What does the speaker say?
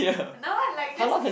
no lah like just